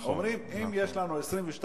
אומרים: אם יש לנו 22.5%,